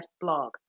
blog